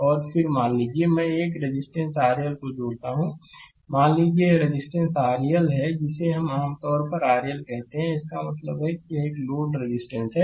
और फिर मान लीजिए मैं एक रेजिस्टेंस RL को जोड़ता हूं मान लीजिए यह रेजिस्टेंस RL है जिसे हम आम तौर पर RLकहते हैं इसका मतलब है कि एक लोड रेजिस्टेंस है